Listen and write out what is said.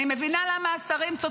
אני מבינה למה השרים סותמים את האוזניים.